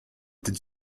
did